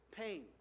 pain